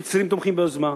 המצרים תומכים ביוזמה,